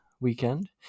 weekend